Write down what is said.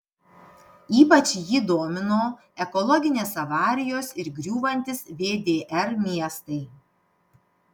ypač jį domino ekologinės avarijos ir griūvantys vdr miestai